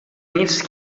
nits